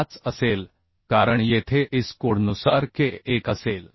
5 असेल कारण येथे IS कोडनुसार k 1 असेल